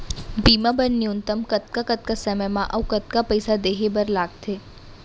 बीमा बर न्यूनतम कतका कतका समय मा अऊ कतका पइसा देहे बर लगथे